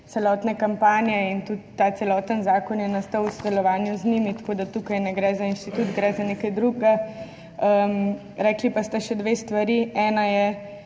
celotne kampanje in je tudi ta celotni zakon nastal v sodelovanju z njimi. Tako da tukaj ne gre za Inštitut, gre za nekaj drugega. Rekli pa ste še dve stvari, ena je,